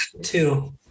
Two